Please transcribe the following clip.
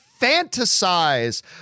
fantasize